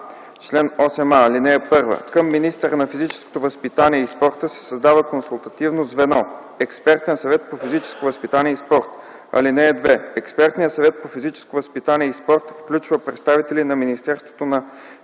чл. 8а: „Чл. 8а. (1) Към министъра на физическото възпитание и спорта се създава консултативно звено – Експертен съвет по физическо възпитание и спорт. (2) Експертният съвет по физическо възпитание и спорт включва представители на Министерството на